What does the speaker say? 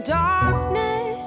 darkness